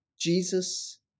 Jesus